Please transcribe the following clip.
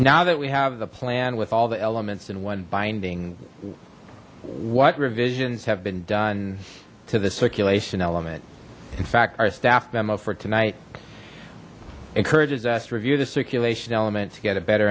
now that we have the plan with all the elements in one binding what revisions have been done to the circulation element in fact our staff memo for tonight encourages us to review the circulation element to get a better